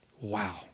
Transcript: Wow